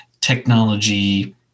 technology